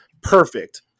perfect